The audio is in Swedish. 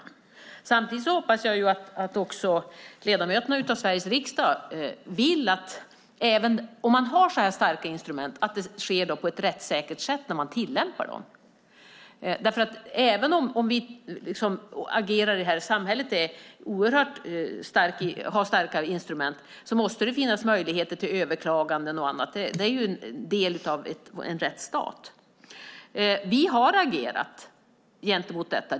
Även om man har så här starka instrument hoppas jag att ledamöterna av Sveriges riksdag vill att man tillämpar dem på ett rättssäkert sätt, för även om samhället har oerhört starka instrument och vi agerar i sådant här så måste det finnas möjlighet till överklaganden och annat. Det är ju en del av en rättsstat. Vi har agerat gentemot detta.